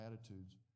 attitudes